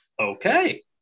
Okay